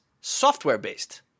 software-based